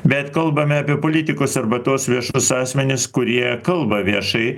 bet kalbame apie politikus arba tuos viešus asmenis kurie kalba viešai